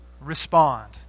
respond